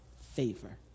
favor